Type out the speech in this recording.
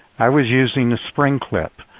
i was using the spring clip.